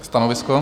Stanovisko?